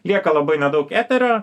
lieka labai nedaug eterio